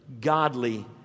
godly